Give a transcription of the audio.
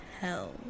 hell